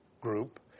group